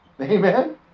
Amen